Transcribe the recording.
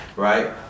right